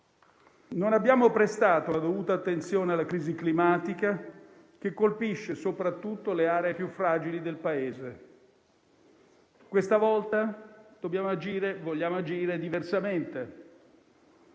Non abbiamo prestato la dovuta attenzione alla crisi climatica che colpisce soprattutto le aree più fragili del Paese. Questa volta dobbiamo e vogliamo agire diversamente.